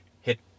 hit